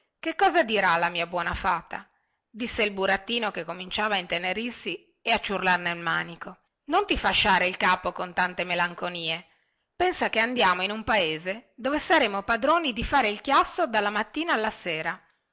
che cosa dirà la mia buona fata disse il burattino che cominciava a intenerirsi e a ciurlar nel manico non ti fasciare il capo con tante melanconie pensa che andiamo in un paese dove saremo padroni di fare il chiasso dalla mattina alla sera